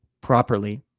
properly